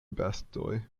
bestoj